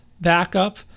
backup